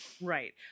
right